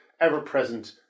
ever-present